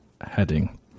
heading